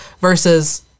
versus